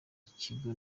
kigo